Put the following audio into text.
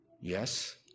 Yes